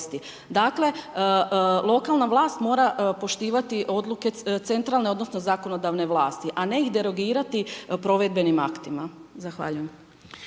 Dakle, lokalna vlast mora poštivati odluke centralne odnosno zakonodavne vlasti, a ne ih derogirati provedbenim aktima. Zahvaljujem.